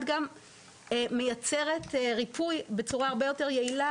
גם מייצרת ריפוי בצורה הרבה יותר יעילה.